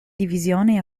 divisioni